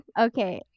Okay